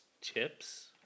chips